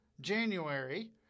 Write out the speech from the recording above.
January